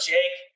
Jake